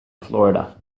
florida